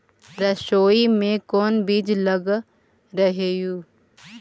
सरसोई मे कोन बीज लग रहेउ?